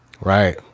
Right